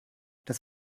das